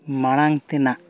ᱢᱟᱲᱟᱝ ᱛᱮᱱᱟᱜ